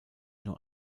nur